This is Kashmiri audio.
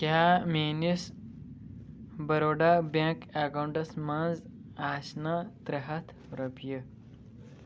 کیٛاہ میٲنس بَروڈا بیٚنٛک اکاونٹَس منٛز آسنہٕ ترٛےٚ ہتھ رۄپیہِ؟